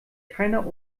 keiner